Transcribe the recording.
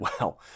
Wow